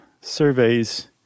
surveys